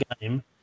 game